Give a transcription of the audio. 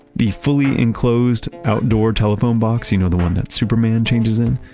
the fully enclosed, outdoor telephone box, you know the one that's superman changes in,